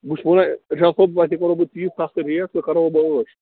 بہٕ چھُس ونان اِرشاد صٲب تۅہہِ تہِ کوٚروٕ بہٕ تیٖژ سَستہٕ ریٹ تُہۍ کرہو بہٕ عٲش